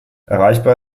erreichbar